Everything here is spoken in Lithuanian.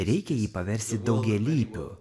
reikia jį paversti daugialypiu